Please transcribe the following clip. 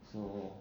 so